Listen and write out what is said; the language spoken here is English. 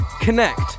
connect